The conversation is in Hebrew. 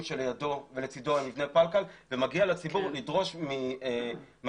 שלידו ולצדו הם מבני פלקל ומגיע לציבור לדרוש מפקידי